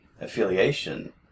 affiliation